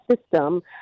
system